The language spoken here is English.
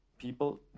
People